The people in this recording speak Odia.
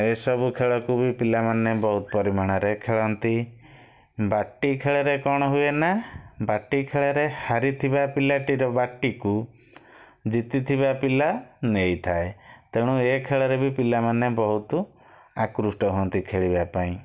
ଏସବୁ ଖେଳକୁ ବି ପିଲାମାନେ ବହୁତ ପରିମାଣରେ ଖେଳନ୍ତି ବାଟି ଖେଳରେ କ'ଣ ହୁଏ ନା ବାଟି ଖେଳରେ ହାରିଥିବା ପିଲାଟିର ବାଟିକୁ ଜିତିଥିବା ପିଲା ନେଇଥାଏ ତେଣୁ ଏ ଖେଳରେ ବି ପିଲାମାନେ ବହୁତ ଆକୃଷ୍ଟ ହୁଅନ୍ତି ଖେଳିବା ପାଇଁ